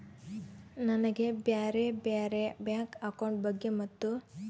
ನನಗೆ ಬ್ಯಾರೆ ಬ್ಯಾರೆ ಬ್ಯಾಂಕ್ ಅಕೌಂಟ್ ಬಗ್ಗೆ ಮತ್ತು?